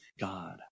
God